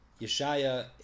Yeshaya